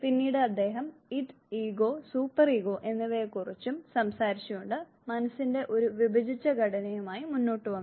പിന്നീട് അദ്ദേഹം id ego super ego എന്നിവയെക്കുറിച്ചും സംസാരിച്ച് കൊണ്ട് മനസ്സിന്റെ ഒരു വിഭജിച്ച ഘടനയുമായി മുന്നോട്ട് വന്നു